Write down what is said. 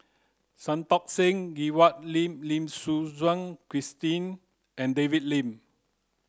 Santokh Singh Grewal Lim Lim Suchen Christine and David Lim